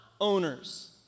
owners